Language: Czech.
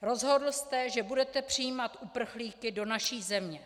Rozhodl jste, že budete přijímat uprchlíky do naší země.